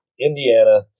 Indiana